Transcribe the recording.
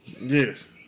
Yes